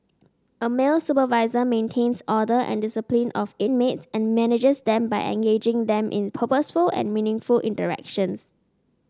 a male supervisor maintains order and discipline of inmates and manages them by engaging them in purposeful and meaningful interactions